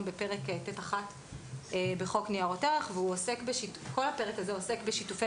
בפרק ט'1 בחוק ניירות ערך וכל הפרק הזה עוסק בשיתופי